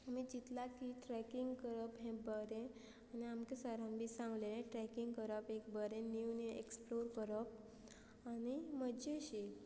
आमी चिंतला की ट्रॅकींग करप हें बरें आनी आमकां सरान बी सांगलेले ट्रॅकींग करप एक बरें नीव नीव एक्सप्लोर करप आनी मज्जा शी